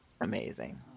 Amazing